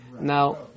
Now